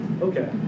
Okay